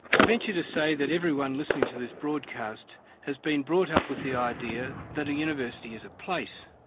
i venture to say that everyone listening to this broadcast has been brought up with the idea that a university is a place.